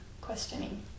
questioning